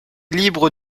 libre